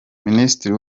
minisitiri